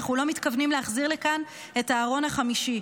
אנחנו לא מתכוונים להחזיר לכאן את הארון החמישי.